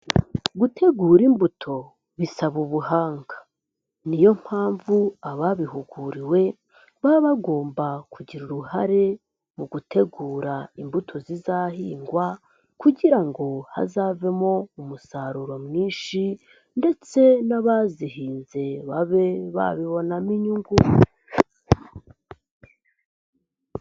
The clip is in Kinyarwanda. Gutegura imbuto bisaba ubuhanga, ni yo mpamvu ababihuguriwe baba bagomba kugira uruhare mu gutegura imbuto zizahingwa kugira ngo hazavemo umusaruro mwinshi ndetse n'abazihinze babe babibonamo inyungu.